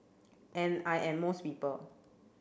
and I am most people